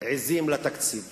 עזים לתקציב